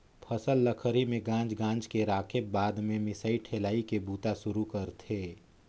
फसल ल खरही में गांज गांज के राखेब बाद में मिसाई ठेलाई के बूता सुरू करथे